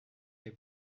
les